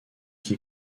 qui